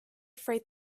freight